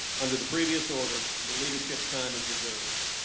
under the previous order, the leadership time is reserved.